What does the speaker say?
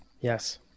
Yes